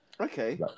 Okay